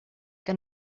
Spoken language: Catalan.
que